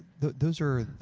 those are,